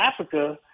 Africa